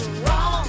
wrong